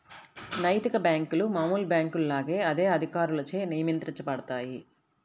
నైతిక బ్యేంకులు మామూలు బ్యేంకుల లాగా అదే అధికారులచే నియంత్రించబడతాయి